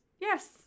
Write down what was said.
yes